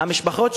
המשפחות,